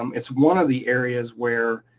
um it's one of the areas where